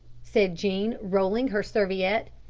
said jean, rolling her serviette.